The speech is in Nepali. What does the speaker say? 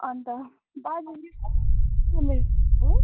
अन्त बाजे नि कति उमेरको हो